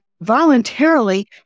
voluntarily